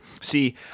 See